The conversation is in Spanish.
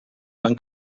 pan